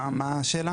מה השאלה?